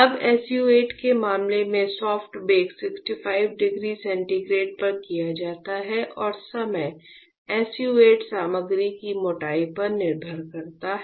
अब SU 8 के मामले में सॉफ्ट बेक 65 डिग्री सेंटीग्रेड पर किया जाता है और समय SU 8 सामग्री की मोटाई पर निर्भर करता है